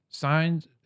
Signed